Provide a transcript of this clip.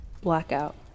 Blackout